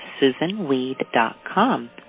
SusanWeed.com